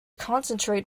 concentrate